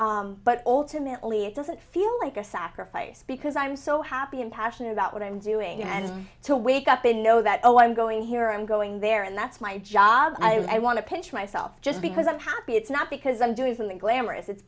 sometimes but ultimately it doesn't feel like a sacrifice because i'm so happy and passionate about what i'm doing and to wake up and know that oh i'm going here i'm going there and that's my job i want to pinch myself just because i'm happy it's not because i'm doing something glamorous it's